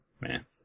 Man